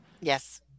Yes